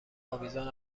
آویزان